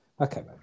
Okay